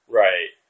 right